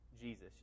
Jesus